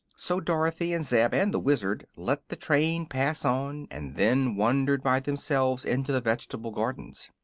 so dorothy and zeb and the wizard let the train pass on and then wandered by themselves into the vegetable gardens.